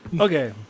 okay